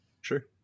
Sure